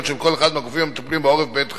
של כל אחד מהגופים המטפלים בעורף בעת חירום,